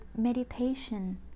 meditation